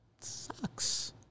Sucks